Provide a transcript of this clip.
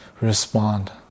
respond